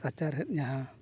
ᱥᱟᱪᱟᱨᱦᱮᱫ ᱡᱟᱦᱟᱸ